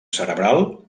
cerebral